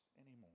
anymore